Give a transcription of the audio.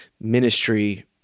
ministry